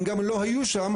הם גם לא היו שם,